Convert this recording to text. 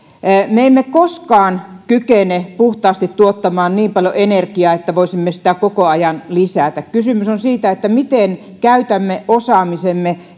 me emme koskaan kykene tuottamaan puhtaasti niin paljon energiaa että voisimme sitä koko ajan lisätä kysymys on siitä miten käytämme osaamisemme